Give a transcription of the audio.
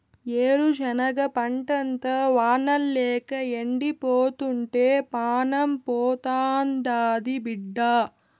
ఏరుశనగ పంటంతా వానల్లేక ఎండిపోతుంటే పానం పోతాండాది బిడ్డా